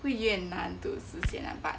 会越难 to 实现 but